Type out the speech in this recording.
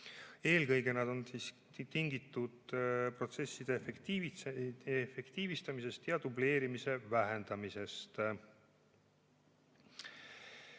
Eelkõige on need tingitud protsesside efektiivistamisest ja dubleerimise vähendamisest.